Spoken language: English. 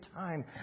time